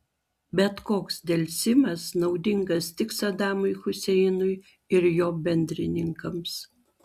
bet koks delsimas naudingas tik sadamui huseinui ir jo bendrininkams